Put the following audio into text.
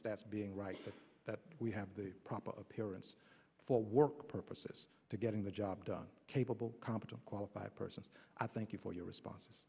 stats being right that we have the proper appearance for work purposes to getting the job done capable competent qualified person i thank you for your responses